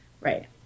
Right